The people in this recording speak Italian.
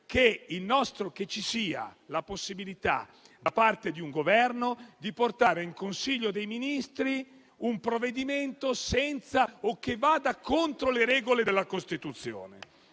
vi sia la possibilità, da parte di un Governo, di portare in Consiglio dei ministri un provvedimento che vada contro le regole della Costituzione.